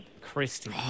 Christy